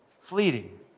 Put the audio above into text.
fleeting